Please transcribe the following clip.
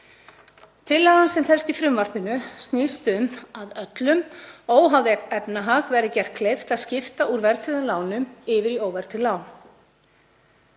Tillagan sem felst í frumvarpinu snýst um að öllum, óháð efnahag, verði gert kleift að skipta úr verðtryggðum lánum yfir í óverðtryggð lán.